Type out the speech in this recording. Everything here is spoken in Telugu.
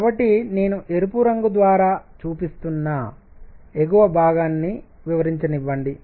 కాబట్టి నేను ఎరుపు రంగు ద్వారా చూపిస్తున్న ఎగువ భాగాన్ని వివరించనివ్వండి